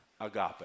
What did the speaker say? agape